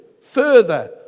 further